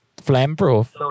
Flame-proof